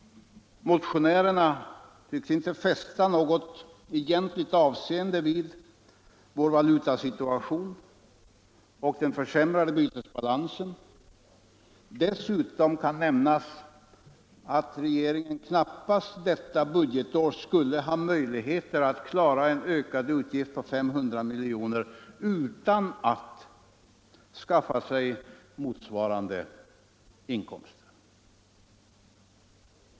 Motionärerna tycks inte fästa något egentligt avseende vid vår valutasituation och den försämrade bytesbalansen. Dessutom kan nämnas att regeringen knappast detta budgetår skulle ha möjlighet att klara en ökad utgift på 500 miljoner utan att skaffa sig motsvarande inkomster.